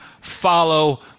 follow